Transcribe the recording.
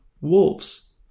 wolves